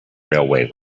railway